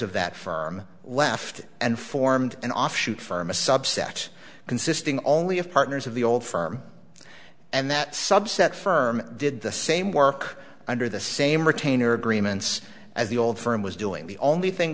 of that firm left and formed an offshoot firm a subset consisting only of partners of the old firm and that subset firm did the same work under the same retainer agreements as the old firm was doing the only thing